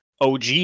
OG